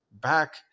back